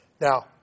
Now